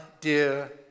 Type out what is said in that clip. dear